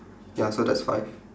ya so that's five